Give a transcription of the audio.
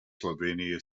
slovenia